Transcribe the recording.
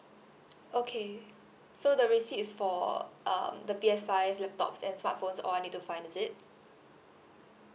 okay so the receipt is for um the P_S five laptops and smart phones all I need to find is it